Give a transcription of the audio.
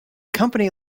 company